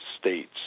states